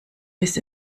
bis